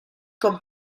con